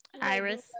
Iris